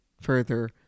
further